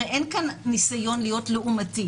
הרי אין כאן ניסיון להיות לעומתי.